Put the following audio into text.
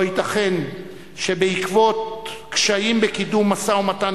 לא ייתכן שבעקבות קשיים בקידום משא-ומתן